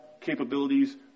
capabilities